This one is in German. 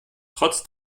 trotz